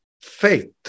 faith